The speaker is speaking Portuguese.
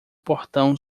portão